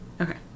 okay